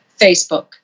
Facebook